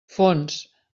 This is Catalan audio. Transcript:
fons